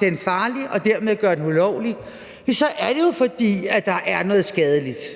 den farlig og dermed gjort den ulovlig, er det jo, fordi der er noget skadeligt.